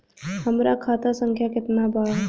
हमरा खाता संख्या केतना बा?